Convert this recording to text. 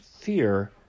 fear